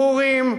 ברורים,